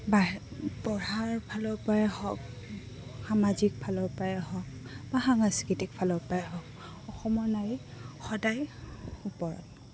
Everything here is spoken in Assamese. পঢ়াৰফালৰপৰাই হওক সামাজিকফালৰপৰাই হওক বা সাংস্কৃতিকফালৰপৰাই হওক অসমৰ নাৰী সদায় ওপৰত